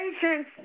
Patience